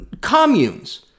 communes